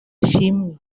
ishimwe